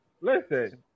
Listen